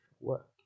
work